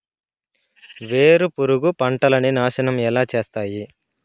వేరుపురుగు పంటలని నాశనం ఎలా చేస్తాయి?